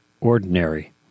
Ordinary